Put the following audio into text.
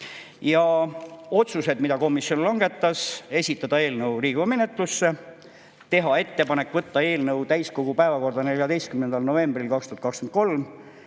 Otsused, mille komisjon langetas: esitada eelnõu Riigikogu menetlusse, teha ettepanek võtta eelnõu täiskogu päevakorda 14. novembril 2023,